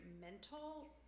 mental